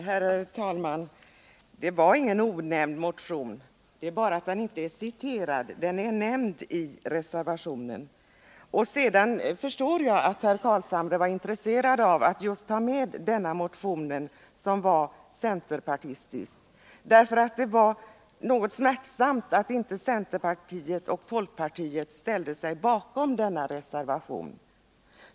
Herr talman! Det är inte fråga om någon onämnd motion. Den är bara inte citerad. Den är nämnd i reservationen. Sedan förstår jag att Nils Carlshamre var intresserad av att just ta med denna motion, som var centerpartistisk. Det var smärtsamt att inte centerpartiet och folkpartiet ställde sig bakom reservationen.